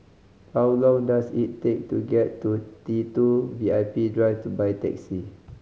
how long does it take to get to T Two V I P Drive by taxi